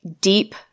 deep